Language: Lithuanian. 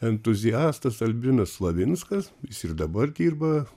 entuziastas albinas slavinskas jis ir dabar dirba